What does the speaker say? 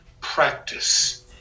practice